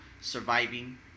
surviving